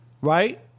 right